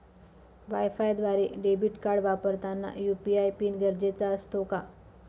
वायफायद्वारे debit card वापरताना UPI PIN गरजेचा असतो का?